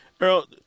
Earl